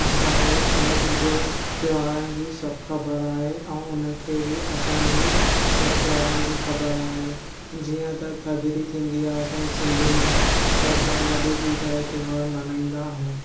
असां खें हुननि जो त्योहारनि जी सभु ख़बरु आहे ऐं उननि खे बि असां जी सभु त्योहारनि जी ख़बर आहे जीअं त थदड़ी थींदी आहे असां जे सिंधीयुनि में त असां ॻॾु थी करे त्योहार मल्हाईंदा आहियूं